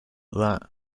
that